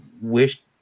wish